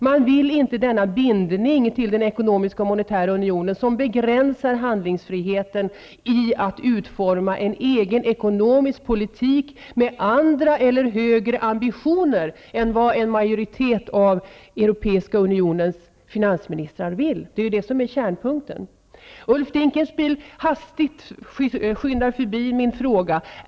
De vill inte ha denna bindning till den ekonomiska och monetära unionen som begränsar handlingsfriheten i att utforma en egen ekonomisk politik med andra eller högre ambitioner än vad en majoritet av den europeiska unionens finansministrar vill. Det är detta som är kärnpunkten. Ulf Dinkelspiel skyndar hastigt förbi min fråga.